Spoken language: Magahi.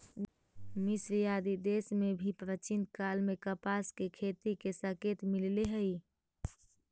मिस्र आदि देश में भी प्राचीन काल में कपास के खेती के संकेत मिलले हई